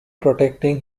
protecting